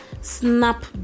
snap